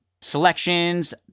selections